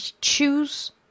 choose